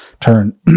turn